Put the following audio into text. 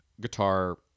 guitar